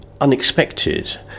unexpected